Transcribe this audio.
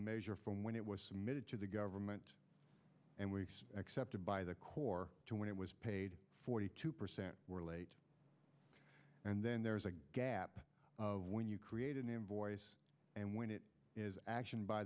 measure from when it was submitted to the government and we accepted by the core when it was paid forty two percent were late and then there is a gap when you create an invoice and when it is action by